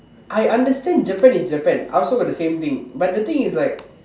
I understand Japan is Japan I also got the same thing but the thing is like